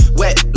wet